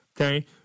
okay